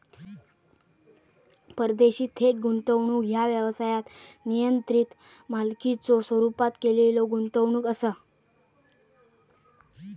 परदेशी थेट गुंतवणूक ह्या व्यवसायात नियंत्रित मालकीच्यो स्वरूपात केलेला गुंतवणूक असा